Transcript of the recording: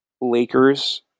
Lakers